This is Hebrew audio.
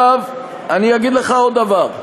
אני אגיד לך עוד דבר,